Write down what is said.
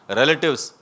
relatives